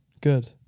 Good